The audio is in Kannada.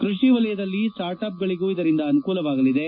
ಕೃಷಿ ವಲಯದಲ್ಲಿ ಸ್ಟಾರ್ಟ್ ಅಪ್ ಗಳಗೂ ಇದರಿಂದ ಅನುಕೂಲವಾಗಲಿದೆ